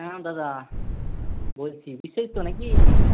হ্যাঁ দাদা বলছি বিশ্বজিৎ তো নাকি